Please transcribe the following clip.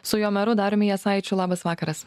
su jo meru dariumi jasaičiu labas vakaras